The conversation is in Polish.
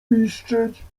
piszczeć